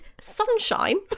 sunshine